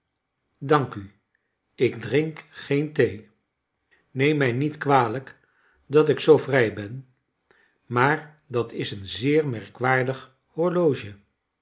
dank u ik drink geen thee neem mij niet kwalijk dat ik zoo vrij ben maar dat is een zeer merkwardig horloge